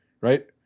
right